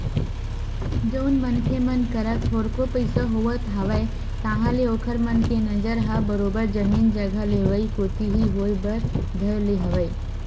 जउन मनखे मन करा थोरको पइसा होवत हवय ताहले ओखर मन के नजर ह बरोबर जमीन जघा लेवई कोती ही होय बर धर ले हवय